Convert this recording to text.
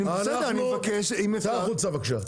בסדר, אני מבקש אם אפשר --- צא החוצה, בבקשה.